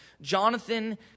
Jonathan